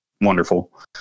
Wonderful